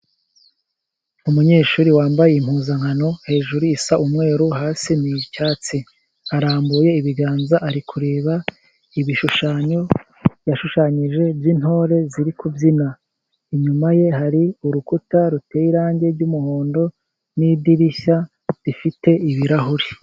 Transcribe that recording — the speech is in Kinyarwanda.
Umunyeshuri wambaye impuzankano, hejuru isa umweru hasi ni icyatsi, arambuye ibiganza ari kureba ibishushanyo yashushanyije by'intore ziri kubyina, inyuma ye hari urukuta ruteye irangi ry'umuhondo ni idirishya rifite ibirahuri.